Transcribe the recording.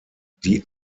die